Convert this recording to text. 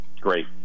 Great